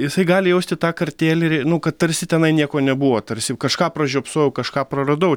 jisai gali jausti tą kartėlį ir nu kad tarsi tenai nieko nebuvo tarsi kažką pražiopsojau kažką praradau